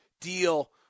deal